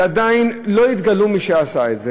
שעדיין לא התגלו מי שעשו את זה,